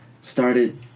started